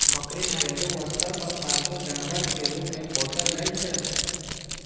बकरी घरेलू स्तर पर पालतू जानवर के रूप मे पोसल जाइ छै